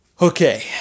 Okay